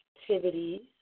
activities